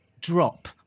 drop